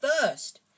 first